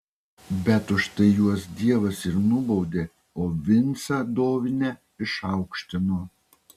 bet už tai juos dievas ir nubaudė o vincą dovinę išaukštino